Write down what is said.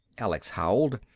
alex howled.